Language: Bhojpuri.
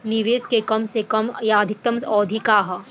निवेश के कम से कम आ अधिकतम अवधि का है?